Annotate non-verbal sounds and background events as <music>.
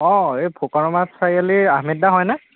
অ এই ফুকন <unintelligible> চাৰিআলিৰ আহমেদদা হয়নে